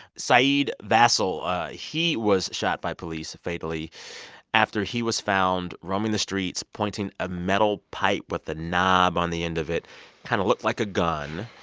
saheed vassell he was shot by police fatally after he was found roaming the streets, pointing a metal pipe with a knob on the end of it kind of looked like a gun.